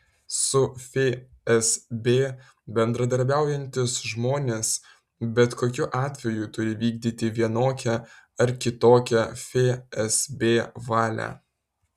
su fsb bendradarbiaujantys žmonės bet kokiu atveju turi vykdyti vienokią ar kitokią fsb valią